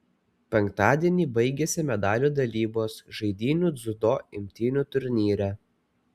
penktadienį baigėsi medalių dalybos žaidynių dziudo imtynių turnyre